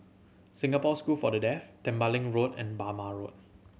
Singapore School for The Deaf Tembeling Road and Bhamo Road